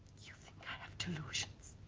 you think i have delusions?